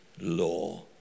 law